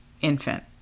infant